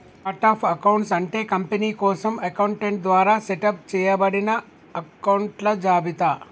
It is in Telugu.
ఛార్ట్ ఆఫ్ అకౌంట్స్ అంటే కంపెనీ కోసం అకౌంటెంట్ ద్వారా సెటప్ చేయబడిన అకొంట్ల జాబితా